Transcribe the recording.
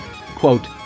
quote